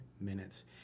minutes